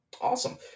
awesome